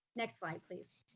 next slide, please.